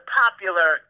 popular